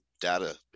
data